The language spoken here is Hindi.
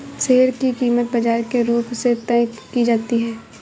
शेयर की कीमत बाजार के रुख से तय की जाती है